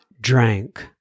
drank